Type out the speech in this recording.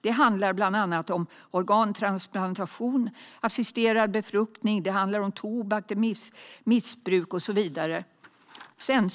Det handlar bland annat om organtransplantation och assisterad befruktning liksom om tobak, missbruk och så vidare.